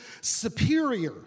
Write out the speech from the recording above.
superior